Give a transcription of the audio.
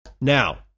Now